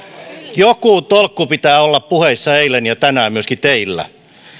joku tolkku pitää olla puheissa eilen ja tänään myöskin teillä